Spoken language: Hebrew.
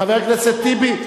חבר הכנסת טיבי,